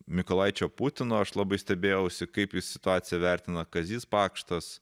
mykolaičio putino aš labai stebėjausi kaip jis situaciją vertina kazys pakštas